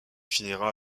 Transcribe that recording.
finira